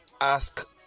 ask